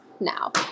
now